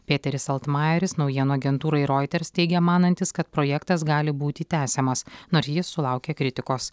peteris altmajeris naujienų agentūrai roiters teigė manantis kad projektas gali būti tęsiamas nors jis sulaukė kritikos